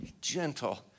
gentle